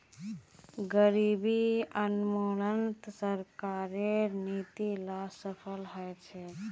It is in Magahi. गरीबी उन्मूलनत सरकारेर नीती ला सफल ह छेक